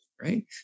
right